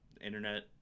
internet